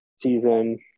season